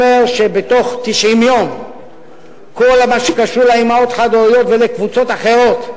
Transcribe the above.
שבתוך 90 יום כל מה שקשור לאמהות חד-הוריות ולקבוצות אחרות,